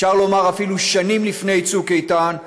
אפשר לומר אפילו שנים לפני צוק איתן,